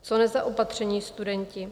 Co nezaopatření studenti?